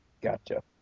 Gotcha